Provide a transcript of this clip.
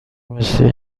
مثل